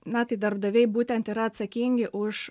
na tai darbdaviai būtent yra atsakingi už